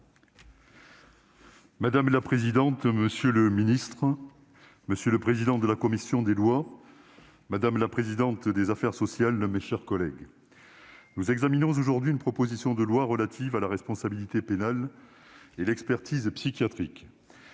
Madame la présidente, monsieur le garde des sceaux, monsieur le président de la commission des lois, madame la présidente de la commission des affaires sociales, mes chers collègues, nous examinons aujourd'hui une proposition de loi relative à la responsabilité pénale et à l'expertise psychiatrique.